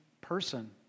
person